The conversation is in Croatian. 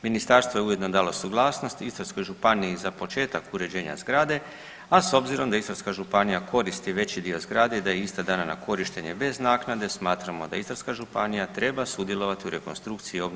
Ministarstvo je ujedno dalo suglasnost Istarskoj županiji za početak uređenja zgrade, a s obzirom da Istarska županija koristi veći dio zgrade i da je ista dana na korištenje bez naknade smatramo da Istarska županija treba sudjelovati u rekonstrukciji obnove zgrade.